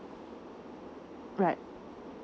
right